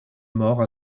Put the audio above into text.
morts